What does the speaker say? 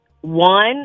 one